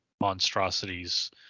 monstrosities